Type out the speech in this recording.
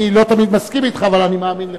אני לא תמיד מסכים אתך, אבל אני מאמין לך.